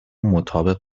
مطابق